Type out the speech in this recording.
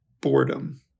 boredom